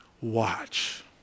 watch